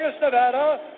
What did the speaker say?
Nevada